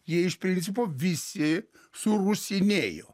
jie iš principo visi surusinėjo